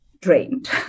drained